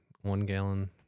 one-gallon